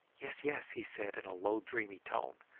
yes yes! he said in a low dreamy tone.